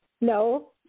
No